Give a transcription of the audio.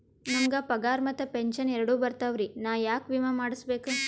ನಮ್ ಗ ಪಗಾರ ಮತ್ತ ಪೆಂಶನ್ ಎರಡೂ ಬರ್ತಾವರಿ, ನಾ ಯಾಕ ವಿಮಾ ಮಾಡಸ್ಬೇಕ?